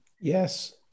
yes